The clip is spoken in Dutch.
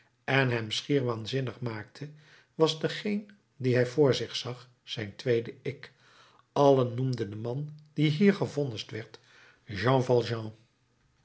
en hem schier waanzinnig maakte was degeen dien hij voor zich zag zijn tweede ik allen noemden den man die hier gevonnist werd jean